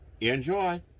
Enjoy